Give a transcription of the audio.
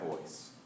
voice